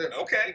Okay